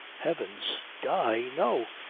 heavens! die! no!